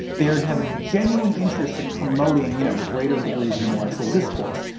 they already have a genuine interest in promoting you know greater degrees of intellectual discourse.